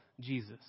Jesus